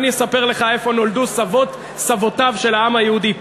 אני אספר לך איפה נולדו סבות סבותיו של העם היהודי,